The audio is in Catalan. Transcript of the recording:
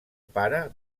pare